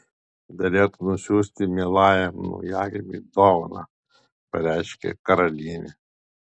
derėtų nusiųsti mielajam naujagimiui dovaną pareiškė karalienė